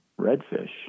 redfish